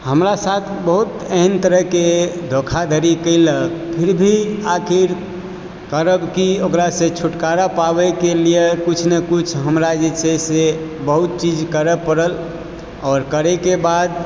हमरा साथ बहुत एहन तरहके धोखाधड़ी कयलक फिर भी आखिर करब की ओकरासँ छुटकारा पाबयके लिअ कुछ नहि कुछ हमरा जे छै से बहुत चीज करऽ पड़ल आओर करयके बाद